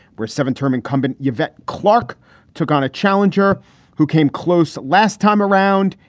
where seven term incumbent yvette clarke took on a challenger who came close last time around.